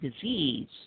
disease